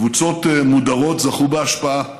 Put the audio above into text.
קבוצות מודרות זכו בהשפעה,